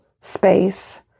space